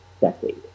decade